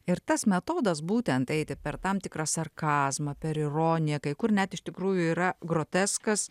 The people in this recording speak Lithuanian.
ir tas metodas būtent eiti per tam tikrą sarkazmą per ironiją kai kur net iš tikrųjų yra groteskas